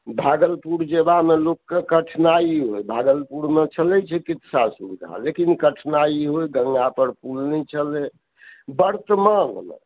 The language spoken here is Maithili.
भागलपुर जेबामे लोककेँ कठिनाइ होइ भागलपुरमे छलै चिकित्सा सुविधा लेकिन कठिनाइ ई होइ ढंगा पर पुल नहि छलै वर्तमान